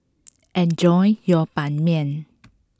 enjoy your Ban Mian